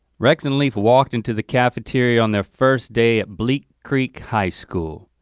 rex and leaf walked into the cafeteria on their first day at bleak creek high school.